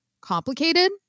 complicated